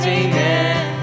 amen